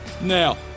Now